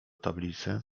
tablicy